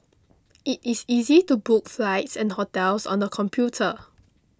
it is easy to book flights and hotels on the computer